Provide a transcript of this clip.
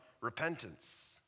repentance